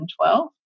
2012